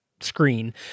screen